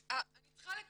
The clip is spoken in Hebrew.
הדסה עין כרם,